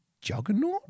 Juggernaut